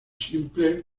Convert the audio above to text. simples